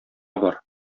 бар